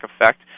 effect